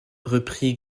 reprit